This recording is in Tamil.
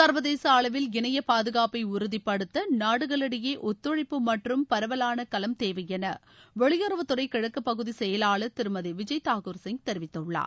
சர்வதேச அளவில் இணைய பாதுகாப்பை உறுதிப்படுத்த நாடுகளிடையே ஒத்துழைப்பு மற்றும் பரவலான கலம் தேவை என வெளியுறவுத்துறை கிழக்கு பகுதி செயவாளர் திருமதி விஜய் தாகூர் சிங் தெரிவித்துள்ளார்